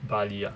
bali ah